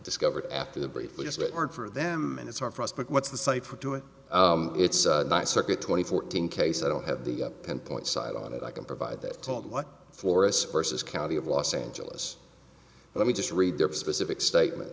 discovered after the briefly if it weren't for them and it's hard for us but what's the site for doing it's not circuit twenty fourteen case i don't have the end point site on it i can provide that told what florists versus county of los angeles let me just read their specific statement